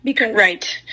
Right